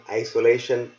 isolation